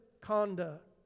conduct